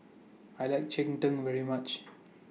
I like Cheng Tng very much